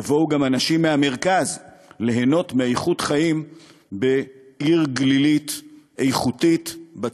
יבואו גם אנשים מהמרכז ליהנות מאיכות חיים בעיר גלילית איכותית בצפון.